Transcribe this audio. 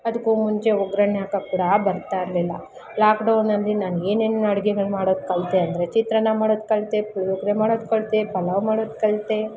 ಅದಕ್ಕೂ ಮುಂಚೆ ಒಗ್ಗರಣೆ ಹಾಕೋಕ್ ಕೂಡಾ ಬರ್ತಾ ಇರಲಿಲ್ಲ ಲಾಕ್ಡೌನಲ್ಲಿ ನಾನು ಏನೇನು ಅಡುಗೆಗಳ್ ಮಾಡೋದು ಕಲಿತೆ ಅಂದರೆ ಚಿತ್ರಾನ್ನ ಮಾಡೋದು ಕಲಿತೆ ಪುಳಿಯೋಗ್ರೆ ಮಾಡೋದು ಕಲ್ತೆ ಪಲಾವ್ ಮಾಡೋದು ಕಲಿತೆ